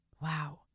wow